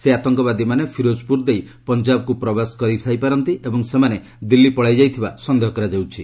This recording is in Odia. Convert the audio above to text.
ସେହି ଆତଙ୍କବାଦୀମାନେ ଫିରୋଜ୍ପୁର ଦେଇ ପଞ୍ଜାବକୁ ପ୍ରବେଶ କରିଥାଇପାରନ୍ତି ଏବଂ ସେମାନେ ଦିଲ୍ଲୀ ପଳାଇ ଯାଇଥିବା ସନ୍ଦେହ କରାଯାଉଛି